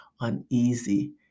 uneasy